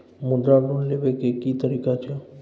मुद्रा लोन लेबै के की तरीका छै?